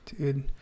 Dude